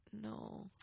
No